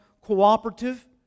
cooperative